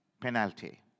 penalty